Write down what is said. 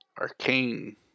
arcane